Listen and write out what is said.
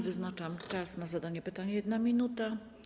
Wyznaczam czas na zadanie pytania - 1 minuta.